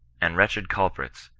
and wretched culprits,